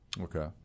Okay